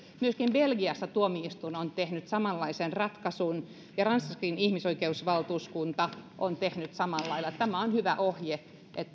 myöskin belgiassa tuomioistuin on tehnyt samanlaisen ratkaisun ja ranskassakin ihmisoikeusvaltuuskunta on tehnyt samalla lailla tämä on hyvä ohje